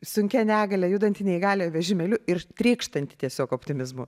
sunkia negalia judanti neįgaliojo vežimėliu ir trykštanti tiesiog optimizmu